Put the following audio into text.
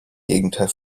gegenteil